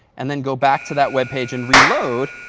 and then go back to that web page and reload,